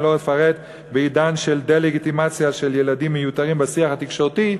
אני לא אפרט בעידן של דה-לגיטימציה של ילדים מיותרים בשיח התקשורתי,